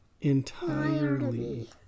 entirely